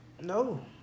No